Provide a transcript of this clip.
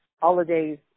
holidays